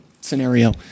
scenario